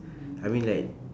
I mean like